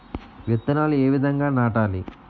విత్తనాలు ఏ విధంగా నాటాలి?